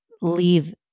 leave